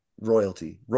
royalty